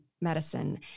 Medicine